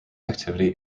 activity